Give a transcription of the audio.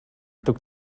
tuk